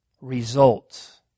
results